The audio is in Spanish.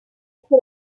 like